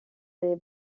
les